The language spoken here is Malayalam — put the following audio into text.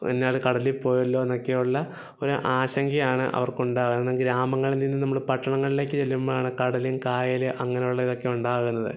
ഇന്നയാള് കടലിൽ പോയല്ലോന്നൊക്കെ ഉള്ള ഒരു ആശങ്കയാണ് അവർക്കുണ്ടാവുക കാരണം ഗ്രാമങ്ങളിൽ നിന്നും നമ്മള് പട്ടണങ്ങളിലേക്ക് ചെല്ലുമ്പോഴാണ് കടല് കായല് അങ്ങനെയുള്ള ഇതൊക്കെ ഉണ്ടാകുന്നത്